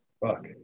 Fuck